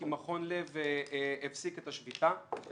כי מכון לב הפסיק את השביתה בתחילת